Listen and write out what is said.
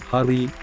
Hari